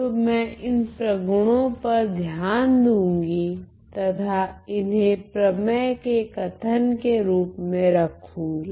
तो मैं इन प्रगुणों पर ध्यान दूँगी तथा इन्हे प्रमेय के कथन के रूप मे रखूंगी